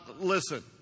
Listen